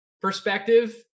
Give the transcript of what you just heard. perspective